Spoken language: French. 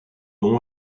nom